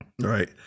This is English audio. Right